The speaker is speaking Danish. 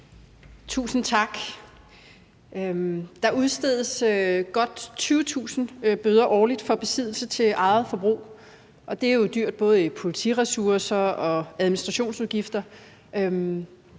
Tusind tak. Der udstedes godt 20.000 bøder årligt for besiddelse til eget forbrug, og det er jo dyrt både i politiressourcer og administrationsudgifter,